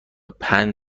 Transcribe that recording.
پنج